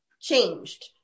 changed